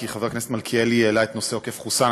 כי חבר הכנסת מלכיאלי העלה את נושא עוקף חוסאן.